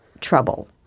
trouble